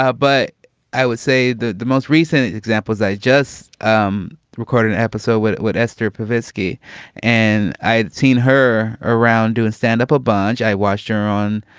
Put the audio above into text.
ah but i would say the the most recent examples i just um recorded an episode with esther privacy and i'd seen her around doing stand up a bunch. i watched her on